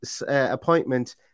appointment